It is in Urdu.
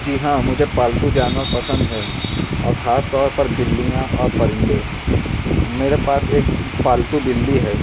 جی ہاں مجھے پالتو جانور پسند ہے اور خاص طور پر بلیاں اور پرندے میرے پاس ایک پالتو بلی ہے